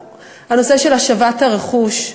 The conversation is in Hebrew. הנושא של השבת הרכוש.